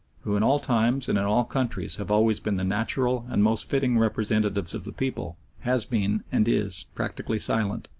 who in all times and in all countries have always been the natural and most fitting representatives of the people has been, and is, practically silent.